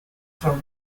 for